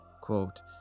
quote